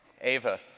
Ava